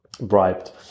bribed